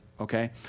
okay